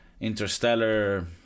Interstellar